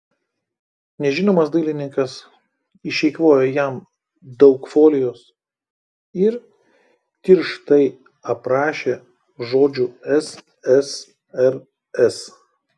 nežinomas dailininkas išeikvojo jam daug folijos ir tirštai aprašė žodžiu ssrs